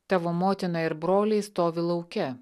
tavo motina ir broliai stovi lauke